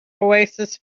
oasis